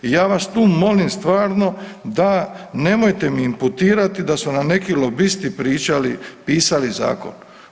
I ja vas tu molim stvarno da nemojte mi imputirati da su nam neki lobisti pričali, pisali zakon.